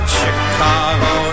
Chicago